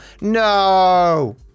No